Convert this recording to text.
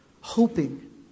hoping